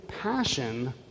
passion